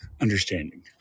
understanding